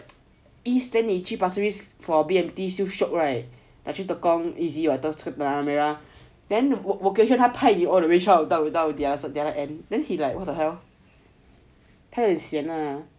east will 去 pasir ris for B_M_T still shiok right like 去 tekong easy [what] tanah marah then vocation 他派你去 all the way 到 the other end then he like what the hell 他有点 sian lah